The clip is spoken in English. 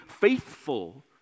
faithful